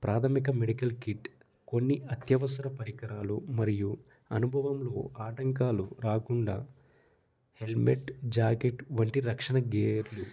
ప్రాథమిక medical kit కొన్ని అత్యవసర పరికరాలు మరియు అనుభవంలో ఆటంకాలు రాకుండా హెల్మెట్ జాకెట్ వంటి రక్షణ గేర్లు